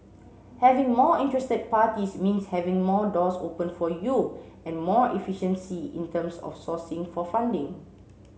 having more interested parties means having more doors open for you and more efficiency in terms of sourcing for funding